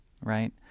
right